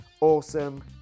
Awesome